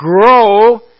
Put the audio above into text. grow